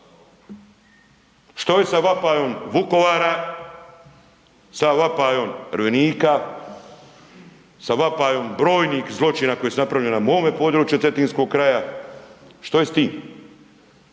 Što je sa vapajem Vukovara, sa vapajem .../Govornik se ne razumije./... sa vapajem brojnih zločina koji su napravljeni na mome području cetinskog kraja, što je s tim?